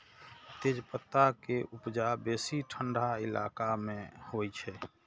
तेजपत्ता के उपजा बेसी ठंढा इलाका मे होइ छै